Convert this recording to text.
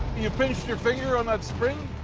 you pinched your finger on that spring?